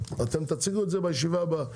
אתם תציגו את זה בישיבה הבאה.